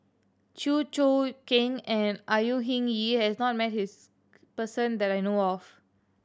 Chew Choo Keng and Au Hing Yee has his person that I know of